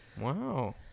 wow